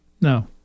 No